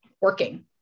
working